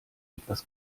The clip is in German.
etwas